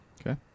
Okay